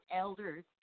elders